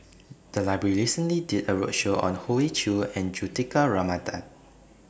The Library recently did A roadshow on Hoey Choo and Juthika Ramanathan